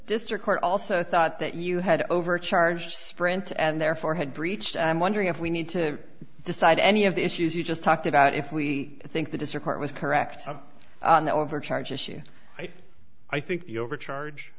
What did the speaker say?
district court also thought that you had overcharged sprint and therefore had breached i'm wondering if we need to decide any of the issues you just talked about if we think the disappoint was correct some on the overcharge issue i think the overcharge